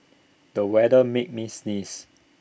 the weather made me sneeze